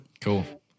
Cool